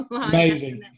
amazing